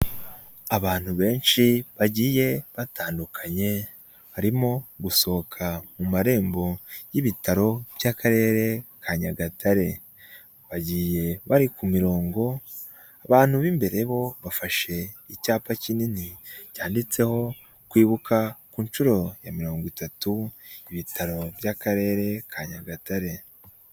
Abantu benshi bagiye batandukanye barimo gusohoka mu marembo y'ibitaro by'Akarere ka Nyagatare, bagiye bari ku mirongo abantu b'imbere bo bafashe icyapa kinini cyanditseho kwibuka ku nshuro ya mirongo itatu ibitaro by'Akarere ka Nyagatare.